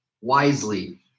wisely